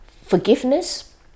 forgiveness